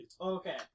Okay